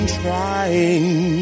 trying